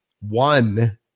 One